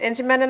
asia